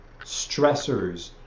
stressors